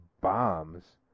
bombs